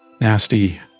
nasty